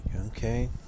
okay